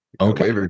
Okay